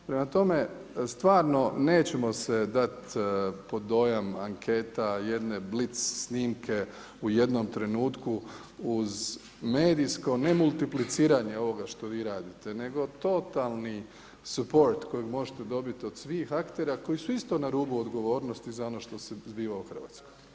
Prema tome, stvarno nećemo se dat pod dojam anketa jedne blic snimke u jednom trenutku uz medijsko nemultipliciranje ovoga što radite, nego totalni suport kojega možete dobiti od svih aktera koji su isto na rubu odgovornosti za ono što se zbiva u Hrvatskoj.